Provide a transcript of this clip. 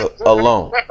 alone